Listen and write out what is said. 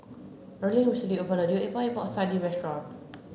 Erling recently opened a new Epok Epok Sardin restaurant